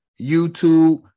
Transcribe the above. youtube